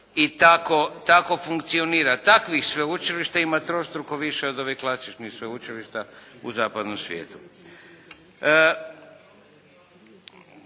i tako funkcionira. Takvih sveučilišta ima trostruko više od ovih klasičnih sveučilišta u zapadnom svijetu.